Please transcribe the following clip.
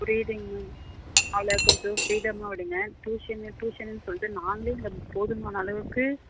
புரியுதுங்க மேம் அவளை கொஞ்சம் ஃப்ரீடம்மாக விடுங்கள் ட்யூசன் ட்யூசன்னு சொல்லிட்டு நாங்களே இங்கே போதுமான அளவுக்கு